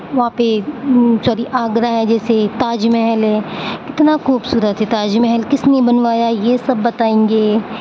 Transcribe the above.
وہاں پہ آگرہ ہے جیسے تاج محل ہے کتنا خوبصورت ہے تاج محل کس نے بنوایا یہ سب بتائیں گے